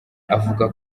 avuga